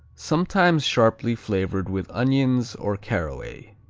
sometimes sharply flavored with onions or caraway.